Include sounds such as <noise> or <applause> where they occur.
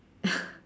<laughs>